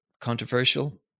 controversial